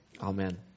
Amen